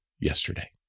yesterday